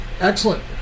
excellent